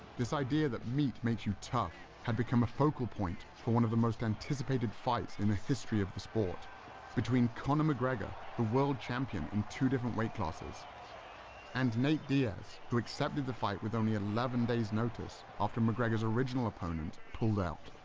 this idea, that meat makes you tough had become a focal point for one of the most anticipated fights in the history of the sport between conor mcgregor, the world champion in two different weight classes and nate diaz, who accepted the fight with only eleven days' notice, after mcgregor's original opponent pulled out.